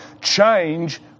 Change